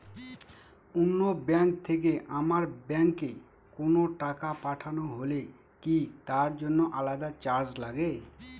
অন্য ব্যাংক থেকে আমার ব্যাংকে কোনো টাকা পাঠানো হলে কি তার জন্য আলাদা চার্জ লাগে?